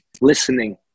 listening